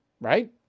Right